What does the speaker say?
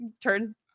turns